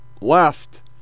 left